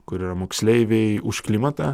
kur yra moksleiviai už klimatą